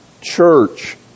church